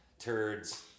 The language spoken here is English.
turds